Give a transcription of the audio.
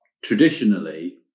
Traditionally